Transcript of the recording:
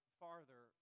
farther